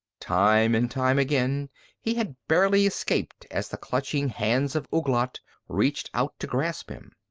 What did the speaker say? time and time again he had barely escaped as the clutching hands of ouglat reached out to grasp him.